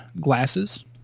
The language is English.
glasses